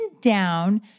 down